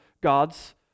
God's